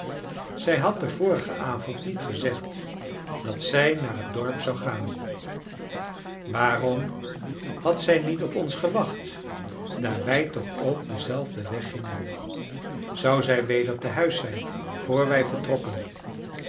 zij had den vorigen avond niet gezegd dat zij naar het dorp zou gaan waarom had zij niet op ons gewacht daar wij toch ook denzelfden weg gingen zou zij weder tehuis zijn vr wij vertrokken